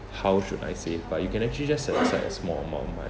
how should I say it but you can actually just set aside a small amount right